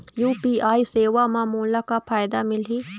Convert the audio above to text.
UPI सेवा म मोला का फायदा मिलही?